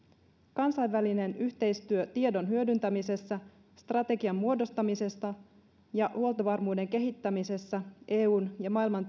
kansainvälinen yhteistyö tiedon hyödyntämisessä strategian muodostamisessa ja huoltovarmuuden kehittämisessä eun ja maailman